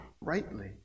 rightly